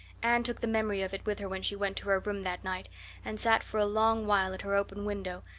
anne took the memory of it with her when she went to her room that night and sat for a long while at her open window,